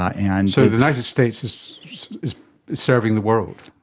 ah and so the united states is is serving the world?